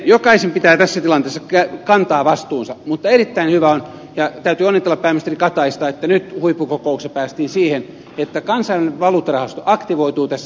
jokaisen pitää tässä tilanteessa kantaa vastuunsa mutta erittäin hyvä on ja täytyy onnitella pääministeri kataista että nyt huippuko kouksessa päästiin siihen että kansainvälinen valuuttarahasto aktivoituu tässä